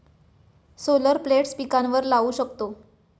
solar plates पिकांवर लाऊ शकतो